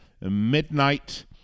midnight